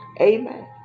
Amen